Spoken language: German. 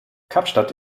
kapstadt